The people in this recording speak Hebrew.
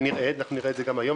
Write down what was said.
אנחנו נראה את זה גם היום,